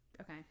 Okay